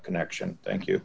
connection thank you